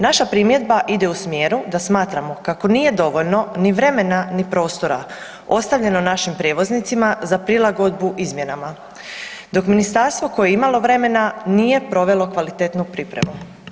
Naša primjedba ide u smjeru da smatramo kako nije dovoljno ni vremena ni prostora ostavljeno našim prijevoznicima za prilagodbu izmjenama, dok ministarstvo koje je imalo vremena nije provelo kvalitetnu pripremu.